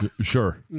Sure